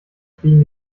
fliegen